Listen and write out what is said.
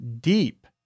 deep